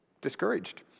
discouraged